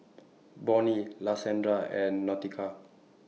Bonnie Lashanda and Nautica